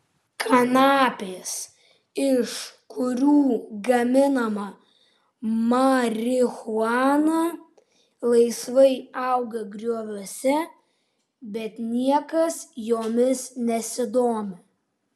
kanapės iš kurių gaminama marihuana laisvai auga grioviuose bet niekas jomis nesidomi